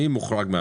מי מוחרג?